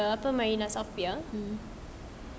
the apa marina south pier